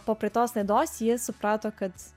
po praeitos laidos ji suprato kad